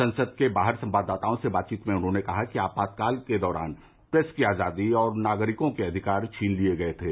संसद के बाहर संवाददाताओं से बातचीत में उन्होंने कहा कि आपातकाल के दौरान प्रेस की आजादी और नागरिकों के अधिकार छीन लिये गए थे